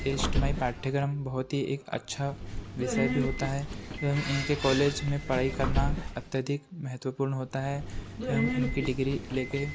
test माई पाठ्यक्रम बहुत ही एक अच्छा विषय भी होता है एवं इनके कॉलेज में पढ़ाई करना अत्यधिक महत्वपूर्ण होता है एवं इनकी डिग्री लेकर